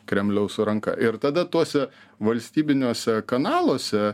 kremliaus ranka ir tada tuose valstybiniuose kanaluose